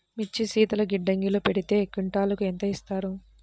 మిర్చి శీతల గిడ్డంగిలో పెడితే క్వింటాలుకు ఎంత ఇస్తారు?